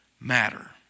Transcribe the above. matter